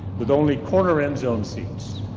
with only corner end-zone seats.